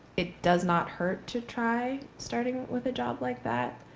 it does not hurt to try starting with a job like that.